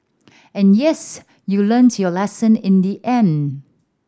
and yes you learnt your lesson in the end